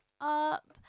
up